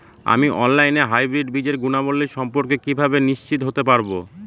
আমি অনলাইনে হাইব্রিড বীজের গুণাবলী সম্পর্কে কিভাবে নিশ্চিত হতে পারব?